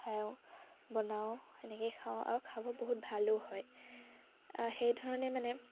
বনাওঁ এনেকেই খাওঁ আৰু খাব বহুত ভালো হয় সেই ধৰণে মানে